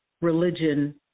religion